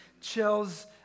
chills